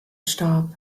starb